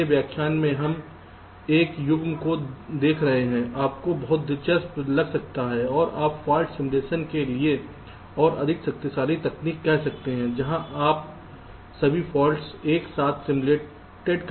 अगले व्याख्यान में हम एक युग्म को देख रहे हैं आपको बहुत दिलचस्प लग सकता हैं और आप फाल्ट सिमुलेशन के लिए और अधिक शक्तिशाली तकनीक कह सकते हैं जहां सभी फाल्ट एक साथ सिम्युलेटेड हैं